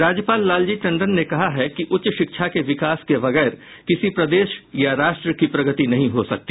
राज्यपाल लालजी टंडन ने कहा है कि उच्च शिक्षा के विकास के बगैर किसी प्रदेश या राष्ट्र की प्रगति नहीं हो सकती